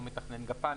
או מתכנן גפ"מ,